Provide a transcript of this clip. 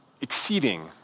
exceeding